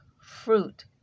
fruit